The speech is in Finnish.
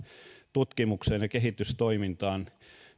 tutkimukseen ja kehitystoimintaan